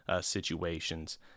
situations